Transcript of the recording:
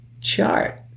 chart